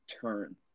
turn